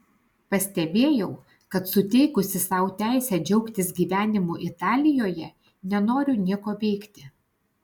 pastebėjau kad suteikusi sau teisę džiaugtis gyvenimu italijoje nenoriu nieko veikti